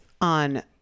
on